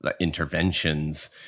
interventions